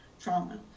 trauma